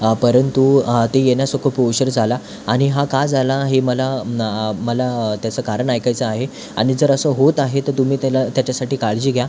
परंतु ते येण्यास खूप उशीर झाला आणि हा का झाला हे मला न मला त्याचं कारण ऐकायचं आहे आणि जर असं होत आहे तर तुम्ही त्याला त्याच्यासाठी काळजी घ्या